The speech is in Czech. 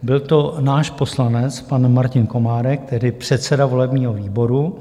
Byl to náš poslanec, pan Martin Komárek, tehdy předseda volebního výboru.